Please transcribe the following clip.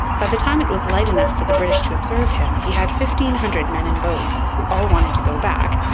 by the time it was light enough for the british to observe him he had fifteen hundred men in boats, who all wanted to go back,